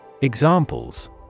Examples